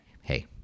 hey